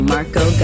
Marco